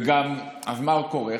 וגם, מה קורה?